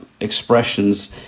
expressions